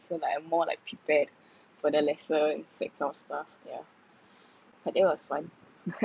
so like I'm more like prepared for the lesson that kind of stuff yeah but it was fun